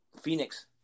Phoenix